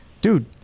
dude